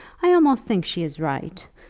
i almost think she is right,